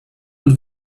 und